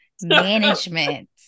Management